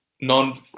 non